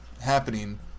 happening